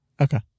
Okay